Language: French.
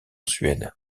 suède